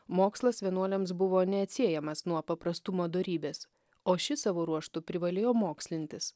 mokslas vienuoliams buvo neatsiejamas nuo paprastumo dorybės o šis savo ruožtu privalėjo mokslintis